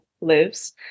lives